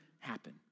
Happen